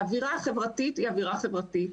האווירה החברתית היא אווירה חברתית.